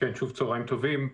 שוב צוהריים טובים.